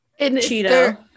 Cheeto